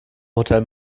hotel